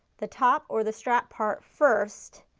the top or the strap part first,